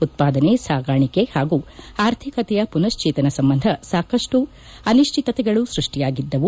ಉತ್ಪಾದನೆ ಸಾಗಾಣಿಕೆ ಹಾಗೂ ಆರ್ಥಿಕತೆಯ ಪುನಶ್ಚೇತನ ಸಂಬಂಧ ಸಾಕಷ್ಟು ಅನಿಶ್ಚಿತತೆಗಳು ಸೃಷ್ಷಿಯಾಗಿದ್ದವು